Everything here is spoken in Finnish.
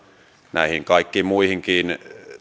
näihin kaikkiin muihinkin